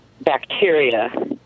bacteria